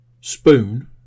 spoon